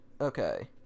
Okay